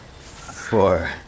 four